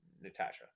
Natasha